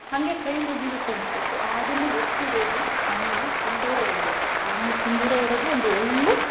ಹಂಗೆ ಕೈ ಮುಗಿಬೇಕು ಅನ್ನಿಸ್ಬೇಕು ಆ ಅದನ್ನು ಎತ್ತಿ ಹಿಡಿಯೋದು ಹಣೇಲಿ ಸಿಂಧೂರ ಇರಬೇಕು ಹಣೇಲ್ ಸಿಂಧೂರ ಇಡೋದು ಒಂದು ಒಳ್ಳೇ